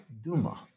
Duma